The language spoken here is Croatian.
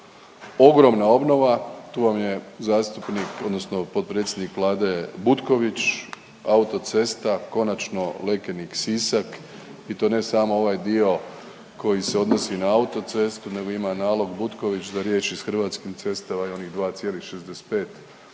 ogromna obnova, tu vam je zastupnik odnosno potpredsjednik Vlade Butković, autocesta konačno Lekenik-Sisak i to ne samo ovaj dio koji se odnosi na autocestu nego ima nalog Butković da riješi s Hrvatskim cestama i onih 2,65, pa